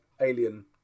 alien